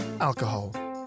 alcohol